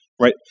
right